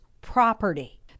property